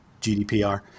GDPR